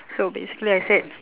so basically I said